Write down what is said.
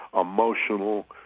emotional